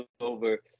over